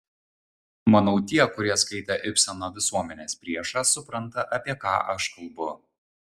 manau tie kurie skaitė ibseno visuomenės priešą supranta apie ką aš kalbu